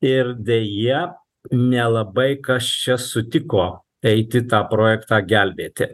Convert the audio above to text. ir deja nelabai kas čia sutiko eiti tą projektą gelbėti